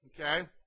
Okay